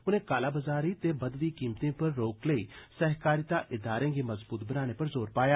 उनें काला बजारी ते बघदी कीमतें पर रोक लेई सैह्कारिता इदारें गी मजबूत बनाने पर जोर पाया